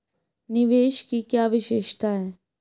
निवेश की क्या विशेषता है?